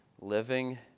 living